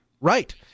right